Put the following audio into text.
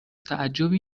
تعجبی